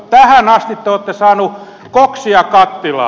tähän asti te olette saaneet koksia kattilaan